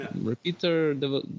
repeater